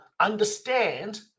understand